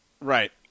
Right